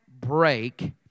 break